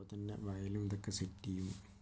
അപ്പോൾ തന്നെ വയലും അതൊക്കെ സെറ്റ് ചെയ്യും